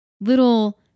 little